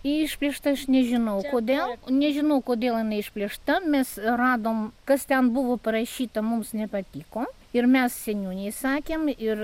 išplėšta aš nežinau kodėl nežinau kodėl jinai išplėšta mes radom kas ten buvo parašyta mums nepatiko ir mes seniūnei sakėm ir